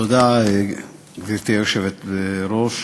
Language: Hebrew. גברתי היושבת-ראש,